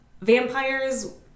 vampires